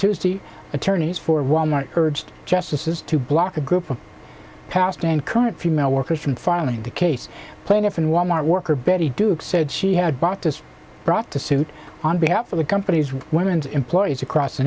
tuesday attorneys for wal mart urged justices to block a group of past and current female workers from filing the case plaintiff and wal mart worker betty dukes said she had bought just brought the suit on behalf of the company's women's employees across the